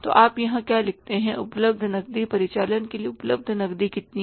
तो आप यहाँ क्या लिखते हैं उपलब्ध नकदी परिचालन के लिए उपलब्ध नकदी कितनी है